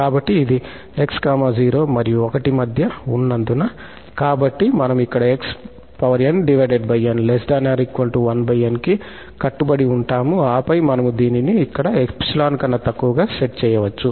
కాబట్టి ఇది 𝑥 0 మరియు 1 మధ్య ఉన్నందున కాబట్టి మనము ఇక్కడ 𝑥𝑛𝑛 ≤ 1𝑛 కి కట్టుబడి ఉంటాము ఆపై మనము దీనిని ఇక్కడ 𝜖 కన్నా తక్కువకు సెట్ చేయవచ్చు